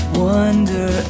wonder